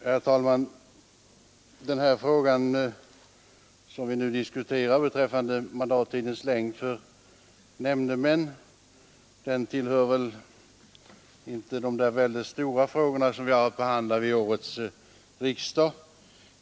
Herr talman! Den fråga vi nu diskuterar — mandattidens längd för nämndemän =— tillhör väl inte de väldigt stora frågorna vi har att behandla vid årets riksdag.